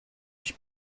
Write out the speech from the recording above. ich